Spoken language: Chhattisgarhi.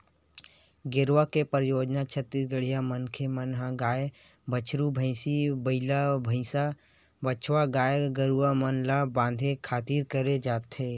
गेरवा के परियोग छत्तीसगढ़िया मनखे मन ह गाय, बछरू, भंइसी, बइला, भइसा, बछवा गाय गरुवा मन ल बांधे खातिर करे जाथे